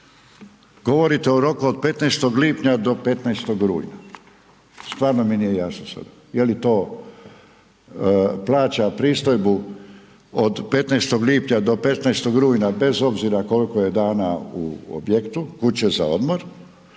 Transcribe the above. govorite od roku od 15. lipnja do 15. rujna, stvarno mi nije jasno sad, je li to plaća pristojbu od 15. lipnja do 15. rujna bez obzira koliko je dana u objektu kuće za odmor